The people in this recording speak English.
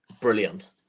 brilliant